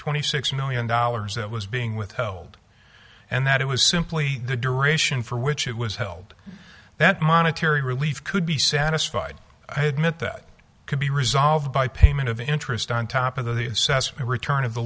twenty six million dollars that was being withheld and that it was simply the duration for which it was held that monetary relief could be satisfied i admit that could be resolved by payment of interest on top of the assessment return of the